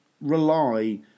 rely